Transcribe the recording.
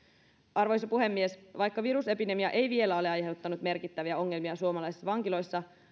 arvoisa puhemies vaikka virusepidemia ei vielä ole aiheuttanut merkittäviä ongelmia suomalaisissa vankiloissa